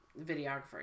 videographer